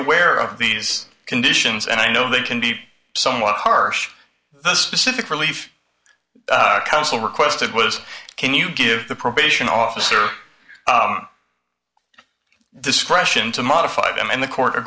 aware of these conditions and i know they can be somewhat harsh the specific relief counsel requested was can you give the probation officer discretion to modify them in the co